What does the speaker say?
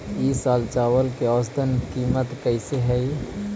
ई साल चावल के औसतन कीमत कैसे हई?